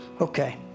Okay